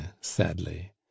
sadly